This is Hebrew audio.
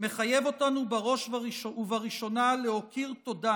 מחייב אותנו בראש ובראשונה להכיר תודה